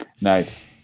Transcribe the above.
Nice